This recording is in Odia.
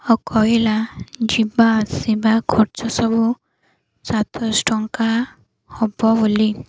ଓ କହିଲା ଯିବା ଆସିବା ଖର୍ଚ୍ଚ ସବୁ ସାତଶହ ଟଙ୍କା ହବ ବୋଲି